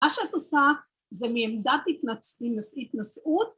מה שאת עושה, זה מעמדת התנשאות